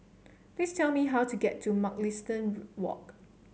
please tell me how to get to Mugliston Walk